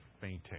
fainting